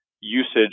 usage